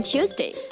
Tuesday